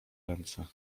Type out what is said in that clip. ręce